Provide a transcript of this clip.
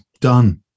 done